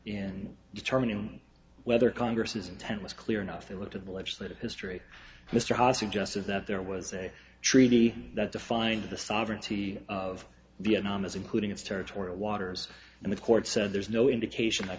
in determining whether congress is intent was clear enough to look to the legislative history mr haas suggested that there was a treaty that defined the sovereignty of vietnam as including its territorial waters and the court said there's no indication that